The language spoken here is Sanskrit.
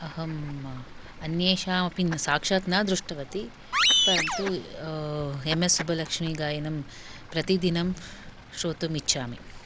अहम् अन्येषामपि साक्षात् न दृष्टवती परन्तु एम् एस् सुब्बलक्षमी गायनं प्रति दिनं श्रोतुम् इच्छामि